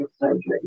surgery